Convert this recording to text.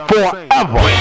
Forever